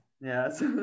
Yes